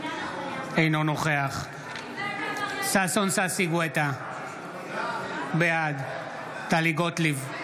אינו נוכח ששון ששי גואטה, בעד טלי גוטליב,